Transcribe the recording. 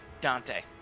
Dante